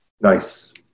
Nice